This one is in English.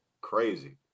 crazy